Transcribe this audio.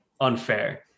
unfair